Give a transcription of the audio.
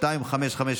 אין נמנעים.